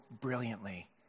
brilliantly